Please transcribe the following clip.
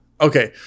Okay